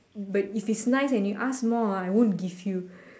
but if it's nice and you ask more ah I won't give you